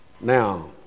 Now